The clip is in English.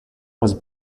was